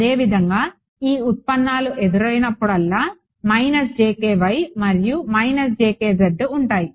అదేవిధంగా ఈ ఉత్పన్నాలు ఎదురైనప్పుడల్లా మరియు ఉంటాయి